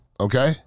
okay